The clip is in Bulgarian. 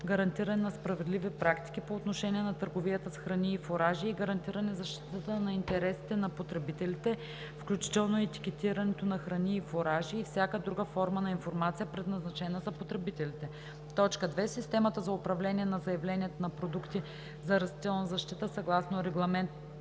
гарантиране на справедливи практики по отношение на търговията с храни и фуражи и гарантиране защитата на интересите на потребителите, включително етикетирането на храни и фуражи, и всяка друга форма на информация, предназначена за потребителите; 2. системата за управление на заявленията на продукти за растителна защита съгласно Регламент